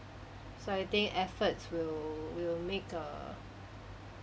so I think efforts will will make a